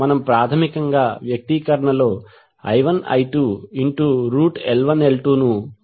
మనము ప్రాథమికంగా వ్యక్తీకరణలో i1i2L1L2 ను కూడి తీసివేస్తాము